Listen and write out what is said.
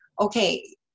okay